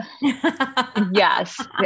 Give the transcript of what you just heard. Yes